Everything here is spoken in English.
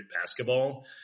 basketball